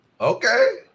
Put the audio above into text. Okay